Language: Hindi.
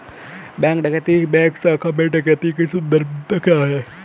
बैंक डकैती बैंक शाखा में डकैती को संदर्भित करता है